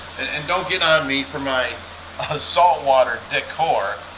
and don't get on me for my ah saltwater decor,